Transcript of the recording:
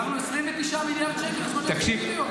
עצרנו 29 מיליארד שקל חשבוניות פיקטיביות